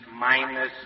minus